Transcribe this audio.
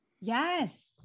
yes